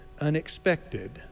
unexpected